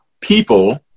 people